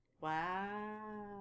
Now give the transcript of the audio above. Wow